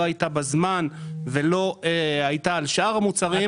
היתה בזמן ולא היתה על שאר המוצרים.